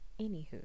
anywho